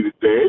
today